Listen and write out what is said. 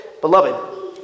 Beloved